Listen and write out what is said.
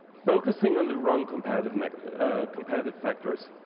focusing on the wrong competitive ah competitive factors.